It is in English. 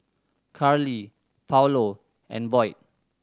Carly Paulo and Boyd